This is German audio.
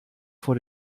vor